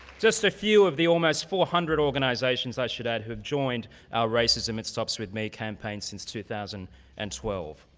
just a few of the almost four hundred organizations, i should add, who have joined our racism it stops with me campaign since two thousand and twelve.